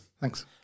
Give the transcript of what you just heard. Thanks